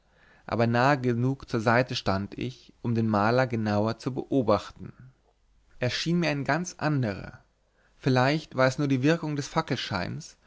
aber nahe genug zur seite stand ich um den maler genau zu beobachten er schien mir ganz ein anderer vielleicht war es nur wirkung des